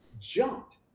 jumped